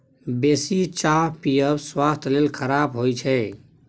बेसी चाह पीयब स्वास्थ्य लेल खराप होइ छै